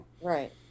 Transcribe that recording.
Right